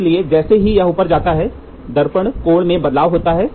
इसलिए जैसे ही यह ऊपर जाता है दर्पण कोण में बदलाव होता है